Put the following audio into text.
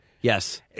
Yes